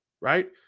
right